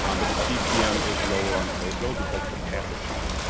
um but the cpm is lower on social because it's a passive channel.